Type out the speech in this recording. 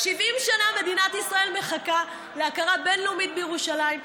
70 שנה מדינת ישראל מחכה להכרה בין-לאומית בירושלים.